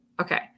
Okay